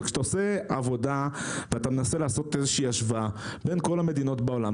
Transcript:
אבל כשאתה מנסה לעשות השוואה בין כל המדינות בעולם,